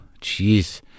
Jeez